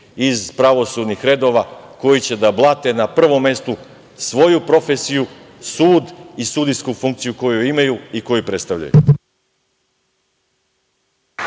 iz pravosudnih redova, koji će da blate na prvom mestu svoju profesiju, sud u sudijsku funkciju koju imaju i koju predstavljaju.